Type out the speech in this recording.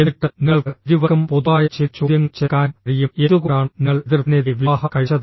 എന്നിട്ട് നിങ്ങൾക്ക് ഇരുവർക്കും പൊതുവായ ചില ചോദ്യങ്ങൾ ചേർക്കാനും കഴിയും എന്തുകൊണ്ടാണ് നിങ്ങൾ എതിർപ്പിനെതിരെ വിവാഹം കഴിച്ചത്